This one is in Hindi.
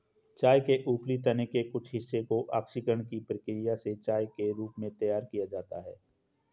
चाय के ऊपरी तने के कुछ हिस्से को ऑक्सीकरण की प्रक्रिया से चाय के रूप में तैयार किया जाता है